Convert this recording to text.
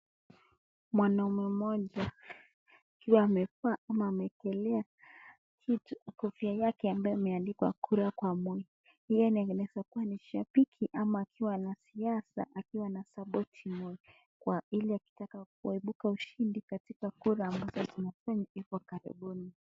Mwanaume mmoja akiwa amevaa ama amewekelea kofia yake ambayo imeandikwa kura kwa Moi. Yeye anaweza kuwa ni shabiki ama akiwa na siasa akiwa anasapoti Moi ili akitaka kuibuka mshindi katika kura ambayo iko karibuni.